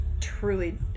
truly